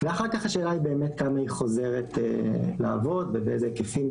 ואחר כך השאלה היא באמת כמה היא חוזרת לעבוד ובאיזה היקפים,